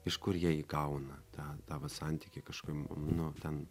iš kur jie įgauna tą tą va santykį kažkiam nu ten